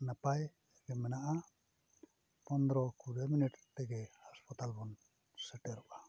ᱱᱟᱯᱟᱭ ᱛᱮᱜᱮ ᱢᱮᱱᱟᱜᱼᱟ ᱯᱚᱱᱨᱚᱼᱠᱩᱲᱤ ᱛᱮᱜᱮ ᱦᱟᱥᱯᱟᱛᱟᱞ ᱵᱚᱱ ᱥᱮᱴᱮᱨᱚᱜᱼᱟ